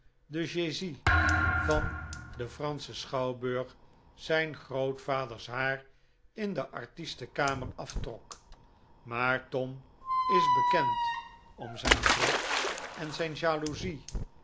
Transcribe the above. de jaisey van den franschen schouwburg zijn grootvaders haar in de artisten kamer aftrok maar tom is bekend om zijn wrok en zijn jaloezie